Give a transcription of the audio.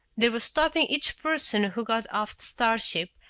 they were stopping each person who got off the starship,